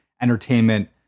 entertainment